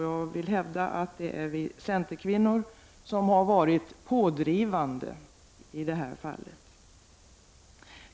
Jag vill hävda att det är vi centerkvinnor som har varit pådrivande i det här fallet.